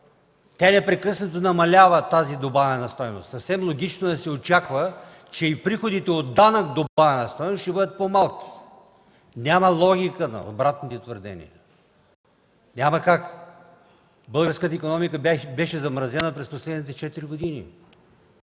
Тя непрекъснато намалява. Съвсем логично е да се очаква, че и приходите от данък добавена стойност ще бъдат по-малко. Няма логика на обратното твърдение. Няма как. Българската икономика беше замразена през последните четири години.